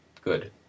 good